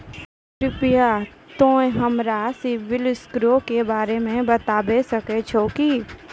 कृपया तोंय हमरा सिविल स्कोरो के बारे मे बताबै सकै छहो कि?